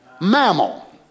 mammal